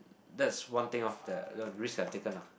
that's one thing of that the risk I've taken ah